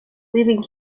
leaving